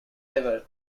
ever